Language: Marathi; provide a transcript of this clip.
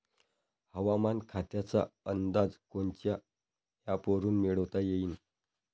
हवामान खात्याचा अंदाज कोनच्या ॲपवरुन मिळवता येईन?